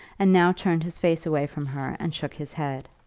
and now turned his face away from her and shook his head.